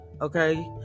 okay